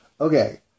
Okay